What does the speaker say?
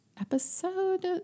episode